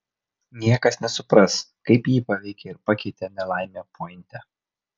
niekas nesupras kaip jį paveikė ir pakeitė nelaimė pointe